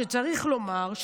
צריך לומר,